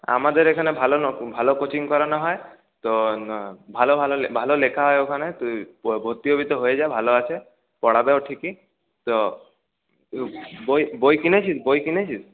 আমাদের এইখানে ভালো ন ভালো কোচিং করানো হয় তো ভালো ভালো ভালো লেখা হয় ওখানে তুই ভর্তি হবি তো হয়ে যা ভালো আছে পড়াবেও ঠিকই তো বই বই কিনেছিস বই কিনেছিস